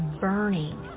burning